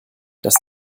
das